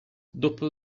dopo